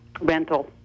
rental